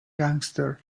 gangster